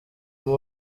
muri